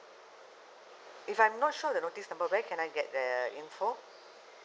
if I'm not sure the notice number where can I get the info